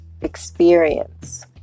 experience